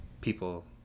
people